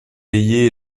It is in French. veillées